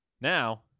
Now